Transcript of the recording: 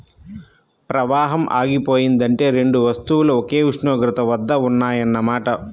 ప్రవాహం ఆగిపోయిందంటే రెండు వస్తువులు ఒకే ఉష్ణోగ్రత దగ్గర ఉన్నాయన్న మాట